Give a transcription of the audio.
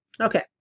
Okay